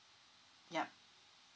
yup